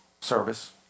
service